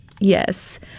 Yes